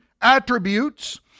attributes